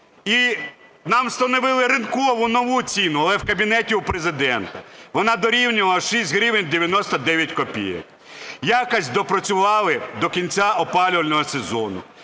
і нам встановили ринкову нову ціну, але в кабінеті у Президента, вона дорівнювала 6 гривень 99 копійок. Якось допрацювали до кінця опалювального сезону,